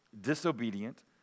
disobedient